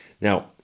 Now